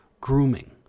grooming